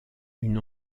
une